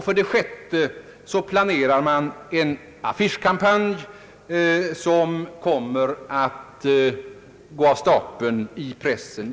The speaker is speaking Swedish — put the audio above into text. För det femte planerar man en affiscehkampanj i pressen.